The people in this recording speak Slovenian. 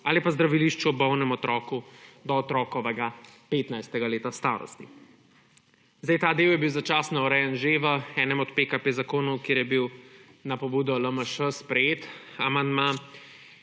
ali pa zdravilišču ob bolnem otroku do otrokovega 15. leta starosti. Ta del je bil začasno urejen že v enem od zakonov PKP, kjer je bil na pobudo LMŠ sprejet amandma.